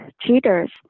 cheaters